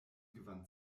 gewann